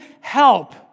help